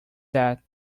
that